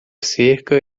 cerca